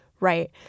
Right